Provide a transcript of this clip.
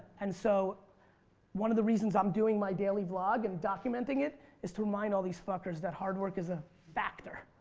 and so one of the reasons i'm doing my daily vlog and documenting it is to remind all these fuckers that hard work is a factor.